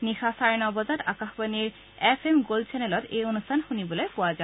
নিশা চাৰে ন বজাত আকাশবাণীৰ এফ এম গোল্ড চেনেলত এই অনুষ্ঠান শুনিবলৈ পোৱা যাব